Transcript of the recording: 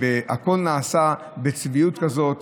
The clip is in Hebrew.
הכול נעשה בצביעות כזאת,